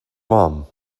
mum